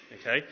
Okay